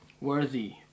worthy